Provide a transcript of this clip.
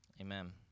amen